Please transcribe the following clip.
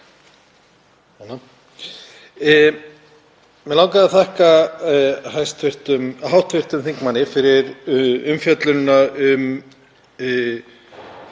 Mig langaði að þakka hæstv. hv. þingmanni fyrir umfjöllunina um